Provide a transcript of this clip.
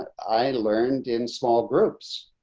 i learned in small groups,